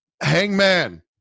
Hangman